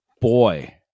Boy